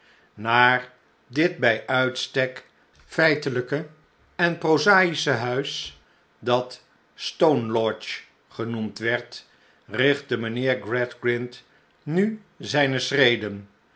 naar dit bij uitstek feitelijke en prozaische huis datstonelodge genoemd werd richtte mijnheer gradgrind nu zijne schreden